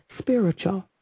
spiritual